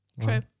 True